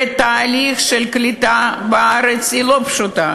ושתהליך הקליטה בארץ הוא לא פשוט,